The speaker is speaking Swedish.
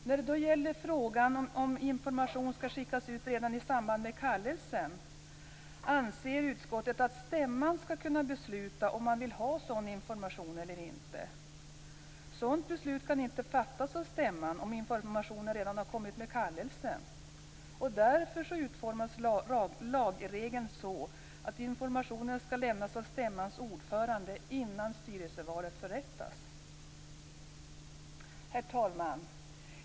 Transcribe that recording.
När det gäller frågan om information skall skickas ut redan i samband med kallelsen anser utskottet att stämman skall kunna besluta om man vill ha sådan information eller inte. Sådant beslut kan inte fattas av stämman om informationen redan har kommit med kallelsen. Därför utformas lagregeln så att informationen skall lämnas av stämmans ordförande innan styrelsevalet förrättas. Fru talman!